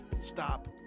stop